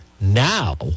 Now